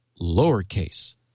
lowercase